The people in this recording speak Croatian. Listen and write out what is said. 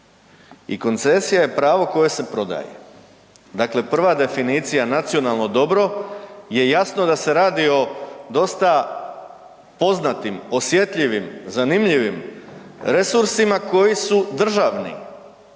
i koncesija je pravo koje se prodaje. Dakle, prva definicija nacionalno dobro je jasno da se radi o dosta poznatim osjetljivim, zanimljivim resursima koji su državni.